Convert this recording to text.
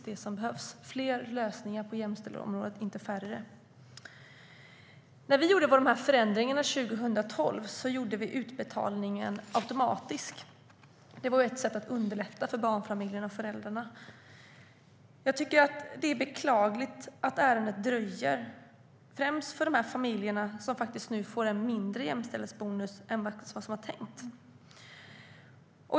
Det behövs fler lösningar på jämställdhetsområdet, inte färre. När vi gjorde förändringarna 2012 gjorde vi utbetalningen automatisk. Det var ett sätt att underlätta för barnfamiljerna, för föräldrarna. Det är beklagligt att ärendet dröjer, främst för de familjers skull som nu får en mindre jämställdhetsbonus än vad som var tänkt.